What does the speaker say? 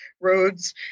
roads